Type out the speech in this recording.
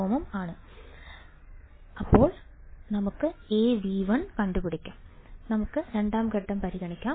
7k അതിനാൽ നമുക്ക് രണ്ടാം ഘട്ടം പരിഗണിക്കാം